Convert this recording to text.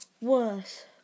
Worse